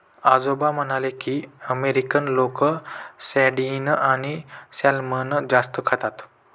आजोबा म्हणाले की, अमेरिकन लोक सार्डिन आणि सॅल्मन जास्त खातात